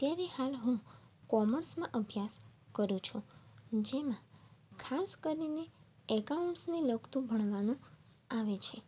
અત્યારે હાલ હું કૉમર્સમાં અભ્સાસ કરું છું જેમાં ખાસ કરીને અકાઉન્ટ્સને લગતું ભણવાનું આવે છે